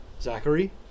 Zachary